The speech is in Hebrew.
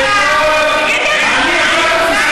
אולי אתה?